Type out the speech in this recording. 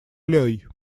лёй